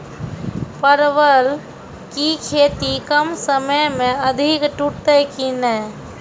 परवल की खेती कम समय मे अधिक टूटते की ने?